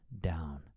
down